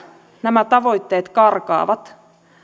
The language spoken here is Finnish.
nämä tavoitteet karkaavat